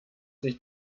sich